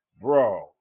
bro